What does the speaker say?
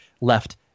left